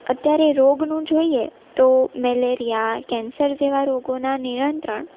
અત્યારે રોગનું જોઈએ તો મેલેરીયા કેન્સર જેવાં રોગોનાં નિયંત્રણ